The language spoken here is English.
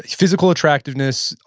physical attractiveness,